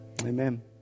Amen